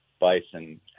bison